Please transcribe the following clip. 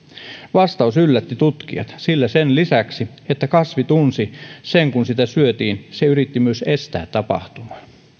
vastaus yllätti tutkijat sillä sen lisäksi että kasvi tunsi sen kun sitä syötiin se yritti myös estää tapahtumaa